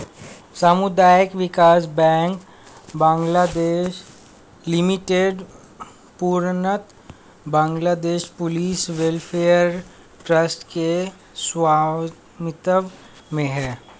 सामुदायिक विकास bank Bangladesh limited पूर्णतः बांग्लादेश पुलिस वेलफेयर ट्रस्ट के स्वामित्व में है